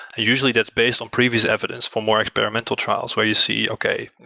usually, that's based on previous evidence for more experimental trials, where you see okay,